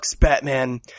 Batman